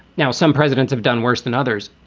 now, some presidents have done worse than others.